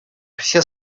все